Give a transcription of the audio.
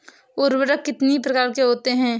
उर्वरक कितनी प्रकार के होते हैं?